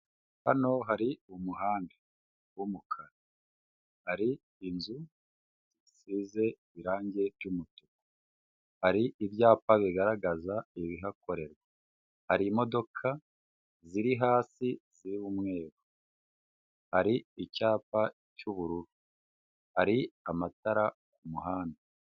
Hano hari umuhanda w'umukara hari inzu zisize irangi ry'umutuku, hari ibyapa bigaragaza ibihakorerwa, hari imodoka ziri hasi z'umweru, hari icyapa cy'ubururu, hari amatara ku ku muhanda.